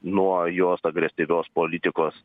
nuo jos agresyvios politikos